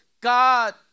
God